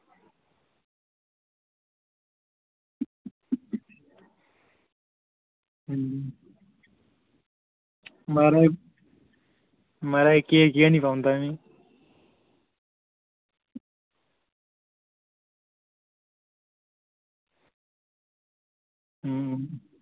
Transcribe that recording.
म्हाराज म्हाराज केह् केह् निं पौंदा मिगी हूं